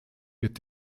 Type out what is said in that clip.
wird